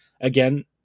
again